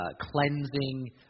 cleansing